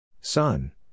Son